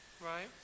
right